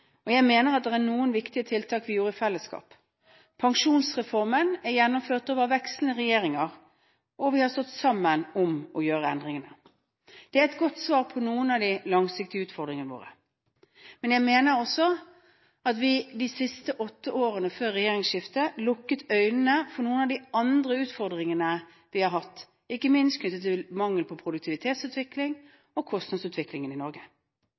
Jeg mener vi iverksatte noen viktige tiltak i fellesskap. Pensjonsreformen er gjennomført ved vekslende regjeringer, og vi har stått sammen om å gjøre endringene. Det er et godt svar på noen av de langsiktige utfordringene våre. Men jeg mener også at vi de siste åtte årene før regjeringsskiftet lukket øynene for noen av de andre utfordringene vi har hatt, ikke minst knyttet til mangel på produktivitetsutvikling og kostnadsutviklingen i Norge.